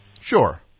Sure